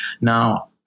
Now